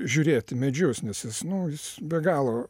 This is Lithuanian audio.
žiūrėt į medžius nes jis nu jis be galo